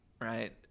Right